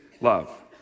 love